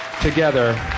together